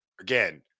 again